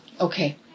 okay